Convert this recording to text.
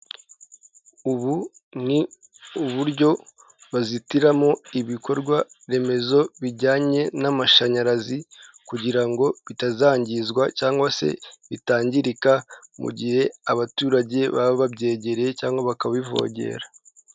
Ubu ni uburyo bazitiramo ibikorwaremezo bijyanye n'amashanyarazi kugira ngo bitazangizwa cyangwa se bitangirika mu gihe abaturage baba babyegereye cyangwa bakabivogera.